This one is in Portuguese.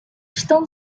estão